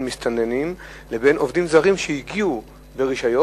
מסתננים לבין עובדים זרים שהגיעו ברשיון.